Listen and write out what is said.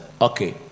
okay